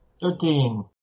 Thirteen